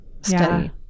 study